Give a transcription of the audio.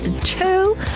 two